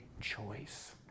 choice